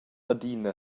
adina